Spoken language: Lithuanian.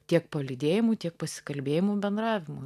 tiek palydėjimu tiek pasikalbėjimu bendravimu